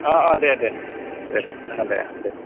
अ अ दे दे जागोन दे अ दे